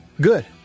good